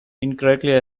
incorrectly